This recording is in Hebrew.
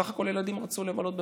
בסך הכול הילדים רצו לבלות במועדון,